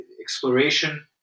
exploration